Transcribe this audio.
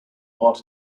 heart